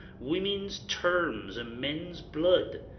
women's terms, man's blood,